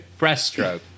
Breaststroke